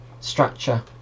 structure